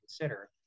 consider